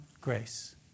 grace